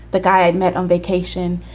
the guy i and met on vacation,